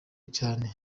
cyane